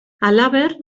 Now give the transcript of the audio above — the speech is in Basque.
halaber